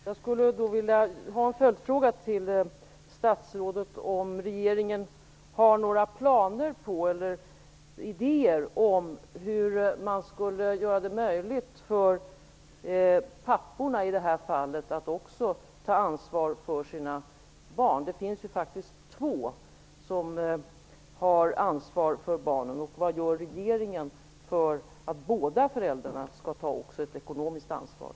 Fru talman! Jag skulle vilja ställa en följdfråga till statsrådet om regeringen har några idéer om hur man kan göra det möjligt för papporna i det här fallet att också ta ansvar för sina barn. Det är ju faktiskt två som har ansvar för barnen. Vad gör regeringen för att båda föräldrarna också skall ta ett ekonomiskt ansvar?